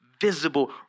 visible